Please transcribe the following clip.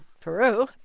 Peru